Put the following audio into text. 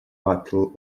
battle